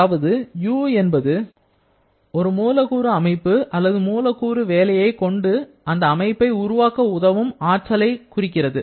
அதாவது U என்பது ஒரு மூலக்கூறு அமைப்புகள் அல்லது மூலக்கூறு வேலைகளை கொண்டு அந்த அமைப்பை உருவாக்க உதவும் ஆற்றலைக் குறிக்கிறது